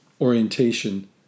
orientation